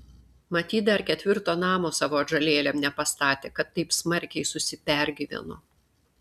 matyt dar ketvirto namo savo atžalėlėm nepastatė kad taip smarkiai susipergyveno